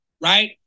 Right